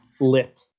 lit